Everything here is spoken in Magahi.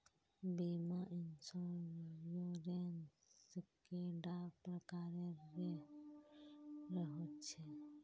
बीमा इंश्योरेंस कैडा प्रकारेर रेर होचे